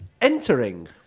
Entering